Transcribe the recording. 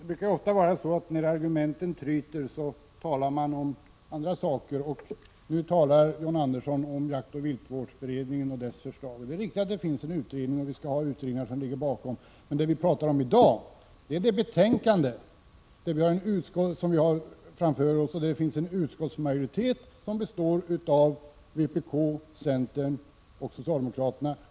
Herr talman! När argumenten tryter talar man ofta om andra saker. Nu talar John Andersson om jaktoch viltvårdsberedningen och dess förslag. Det är i och för sig riktigt att det finns en utredning, och sådana skall det finnas som underlag. Men det vi talar om i dag är det betänkande som vi har framför oss. Utskottsmajoriteten består av representanter för vpk, centern och socialdemokraterna.